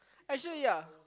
actually ya